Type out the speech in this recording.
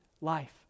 life